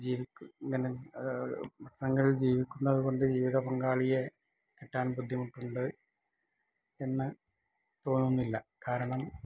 ജീവിക്കും പട്ടണങ്ങൾ ജീവിക്കുന്നത് കൊണ്ട് ജീവിതപങ്കാളിയെ കിട്ടാൻ ബുദ്ധിമുട്ടുണ്ട് എന്ന് തോന്നുന്നില്ല കാരണം